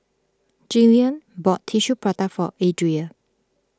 Jillian bought Tissue Prata for Adria